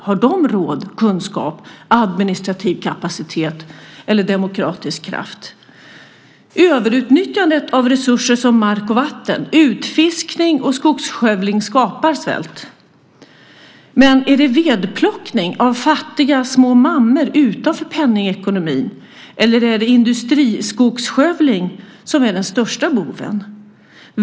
Har de råd, kunskap, administrativ kapacitet eller demokratisk kraft? Överutnyttjandet av resurser som mark och vatten, utfiskning och skogsskövling, skapar svält. Men är det vedplockning av fattiga små mammor utanför penningekonomin eller är det industriskogsskövling som är den största boven?